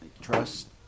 Trust